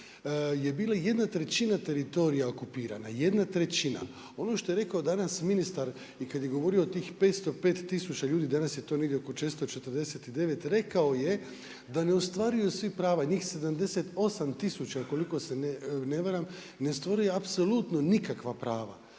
je bila 1*3 teritorija okupirana, 1/3. Ono što je rekao danas ministar i kad je govorio o tih petsto pet tisuća ljudi, danas je to negdje oko 449, rekao je da ne ostvaruju svi prava. Njih 78000 koliko se ne varam, ne svodi apsolutno nikakva prava.